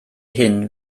hin